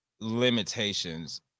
limitations